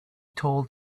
told